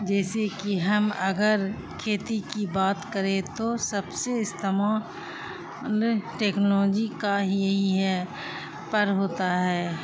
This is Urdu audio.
جیسے کہ ہم اگر کھیتی کی بات کرے تو سب سے استمال ٹیکنالوجی کا یہی ہے پر ہوتا ہے